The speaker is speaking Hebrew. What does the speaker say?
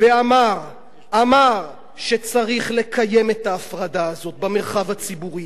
ואמר שצריך לקיים את ההפרדה הזאת במרחב הציבורי,